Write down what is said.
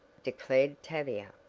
declared tavia,